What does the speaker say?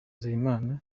nzeyimana